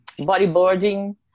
bodyboarding